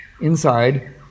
inside